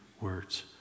words